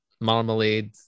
marmalade